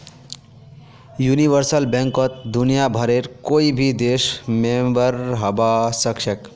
universal बैंकत दुनियाभरेर कोई भी देश मेंबर हबा सखछेख